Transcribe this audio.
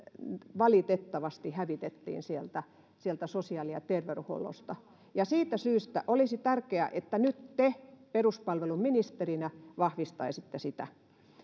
valitettavasti hävitettiin sieltä sieltä sosiaali ja terveydenhuollosta ja siitä syystä olisi tärkeää että nyt te peruspalveluministerinä vahvistaisitte sitä